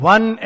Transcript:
One